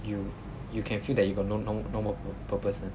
you you can feel that you got no no no more purpose ah